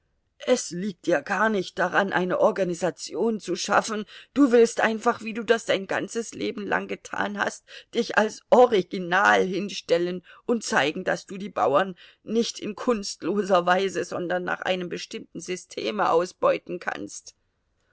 es liegt dir gar nicht daran eine organisation zu schaffen du willst einfach wie du das dein ganzes leben lang getan hast dich als original hinstellen und zeigen daß du die bauern nicht in kunstloser weise sondern nach einem bestimmten systeme ausbeuten kannst